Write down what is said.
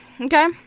Okay